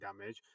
damage